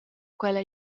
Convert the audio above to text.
quella